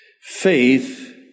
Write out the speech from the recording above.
Faith